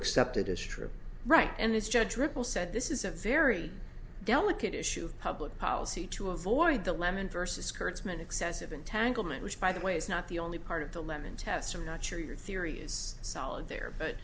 accept it as true right and it's judge ripple said this is a very delicate issue public policy to avoid the lemon versus kurtzman excessive entanglement which by the way is not the only part of the lemon test i'm not sure your theory is solid there but